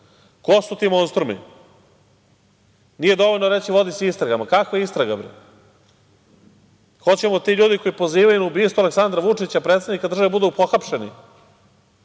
Ko su ti monstrumi? Nije dovoljno reći vodi se istraga. Ma kakva istraga, bre. Hoćemo da ti ljudi koji pozivaju na ubistvo Aleksandra Vučića, predsednika države budu pohapšeni,